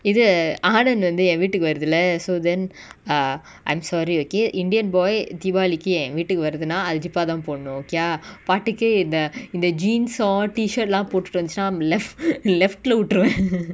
இது:ithu aananth வந்து எ வீட்டுக்கு வருது:vanthu ye veetuku varuthu lah so then ah I'm sorry okay indian boy diwali கு எ வீட்டுக்கு வருதுனா:ku ye veetuku varuthuna aljibba தா போடனு:tha podanu okay ya party கு இந்த இந்த:ku intha intha jeans uh tshirt lah போட்டுட்டு வந்துசுனா:potutu vanthuchuna I'm left left lah உட்டுருவ:utturuva